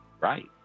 right